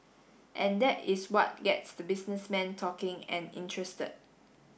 and that is what gets the businessmen talking and interested